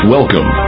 Welcome